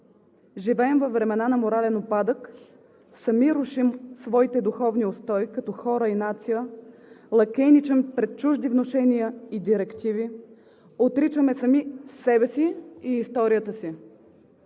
Живеем във времена на морален упадък. Сами рушим своите духовни устои, като хора и нация, лакейничим пред чужди внушения и директиви, отричаме сами себе си и историята си.